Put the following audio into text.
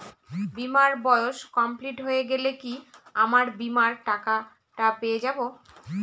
বীমার বয়স কমপ্লিট হয়ে গেলে কি আমার বীমার টাকা টা পেয়ে যাবো?